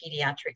pediatrics